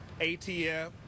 ATF